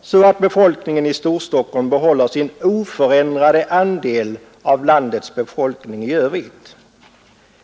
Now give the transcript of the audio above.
så att befolkningen i Storstockholm behåller sin oförändrade andel av landets befolkning i övrigt.